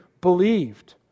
believed